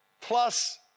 plus